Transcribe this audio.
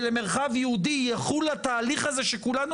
ולמרחב יהודי יחול התהליך הזה שכולנו